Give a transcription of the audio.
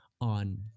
on